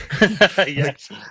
yes